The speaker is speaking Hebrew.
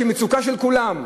שהיא מצוקה של כולם,